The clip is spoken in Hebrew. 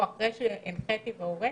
אחרי ש"הנחיתי והוריתי",